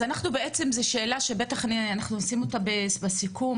אז בעצם זאת שאלה שאנחנו עושים אותה בסיכום,